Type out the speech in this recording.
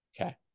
Okay